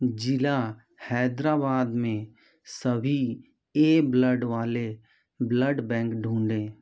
ज़िला हैदराबाद में सभी ए नेगेटिव ब्लड वाले ब्लड बैंक ढूँढें